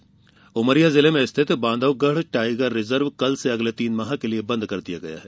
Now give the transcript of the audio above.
tiger reserve Umaria जिले में स्थित बांधवगढ़ टाईगर रिजर्व कल से अगले तीन माह के लिये बंद कर दिया गया है